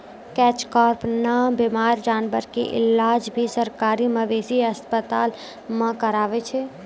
catch कार्प नॅ बीमार जानवर के इलाज भी सरकारी मवेशी अस्पताल मॅ करावै छै